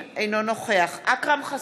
אינו נוכח אכרם חסון,